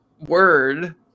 word